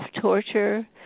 torture